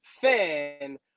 fan